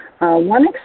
One